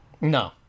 no